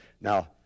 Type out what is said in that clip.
Now